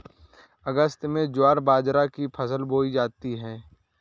अगस्त में ज्वार बाजरा की फसल बोई जाती हैं